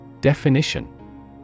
Definition